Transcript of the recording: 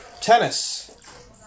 tennis